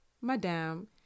Madame